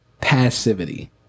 passivity